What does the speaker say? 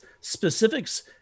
specifics